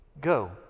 Go